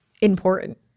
Important